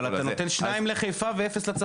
אבל אתה נותן שניים לחיפה ואפס לצפון.